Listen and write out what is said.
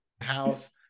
house